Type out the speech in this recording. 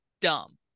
dumb